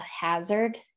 hazard